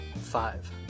Five